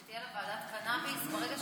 שתהיה לה ועדת קנביס ברגע,